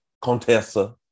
Contessa